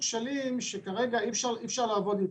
כשלים שמקשים על העבודה.